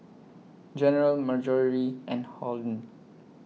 General Marjorie and Holden